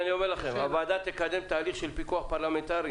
הוועדה תקדם תהליך של פיקוח פרלמנטרי